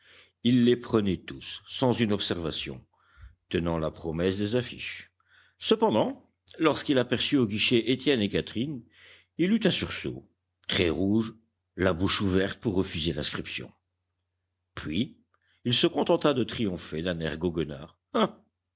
il les prenait tous sans une observation tenant la promesse des affiches cependant lorsqu'il aperçut au guichet étienne et catherine il eut un sursaut très rouge la bouche ouverte pour refuser l'inscription puis il se contenta de triompher d'un